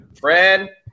Fred